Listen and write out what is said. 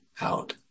out